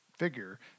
figure